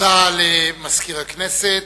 תודה למזכיר הכנסת.